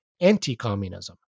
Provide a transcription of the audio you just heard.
anti-communism